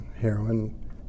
heroin